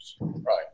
right